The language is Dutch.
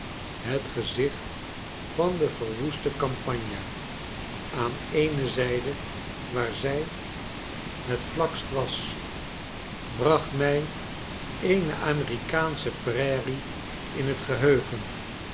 het gezicht van de verwoeste campagna aan een zijde waar zij het vlakst was bracht mij eene amerikaansche prairie in het geheugen